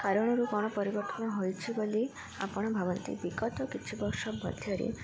କାରଣରୁ କ'ଣ ପରିବର୍ତ୍ତନ ହୋଇଛି ବୋଲି ଆପଣ ଭାବନ୍ତି ବିିଗତ କିଛି ବର୍ଷ ମଧ୍ୟରେ